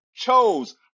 Chose